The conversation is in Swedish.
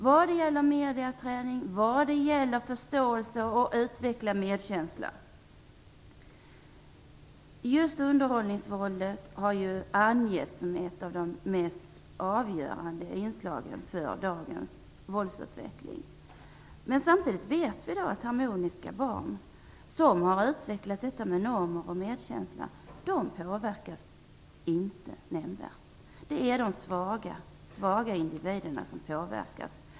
Det handlar om medieträning och om att utveckla förståelse och medkänsla. Just underhållningsvåldet har angetts som en av de mest avgörande orsakerna till dagens våldsutveckling. Samtidigt vet vi att harmoniska barn som har utvecklat normer och medkänsla inte påverkas nämnvärt. Det är de svaga individerna som påverkas.